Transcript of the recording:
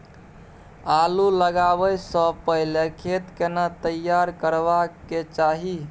आलू लगाबै स पहिले खेत केना तैयार करबा के चाहय?